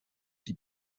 die